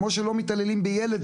כמו שלא מתעללים בילד,